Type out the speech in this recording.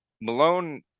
malone